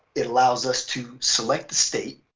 it allows us to select the state,